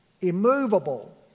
immovable